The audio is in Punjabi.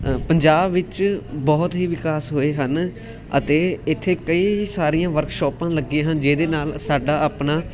ਪੰਜਾਬ ਵਿੱਚ ਬਹੁਤ ਹੀ ਵਿਕਾਸ ਹੋਏ ਹਨ ਅਤੇ ਇੱਥੇ ਕਈ ਸਾਰੀਆਂ ਵਰਕਸ਼ੋਪਾਂ ਲੱਗੀਆਂ ਹਨ ਜਿਹਦੇ ਨਾਲ ਸਾਡਾ ਆਪਣਾ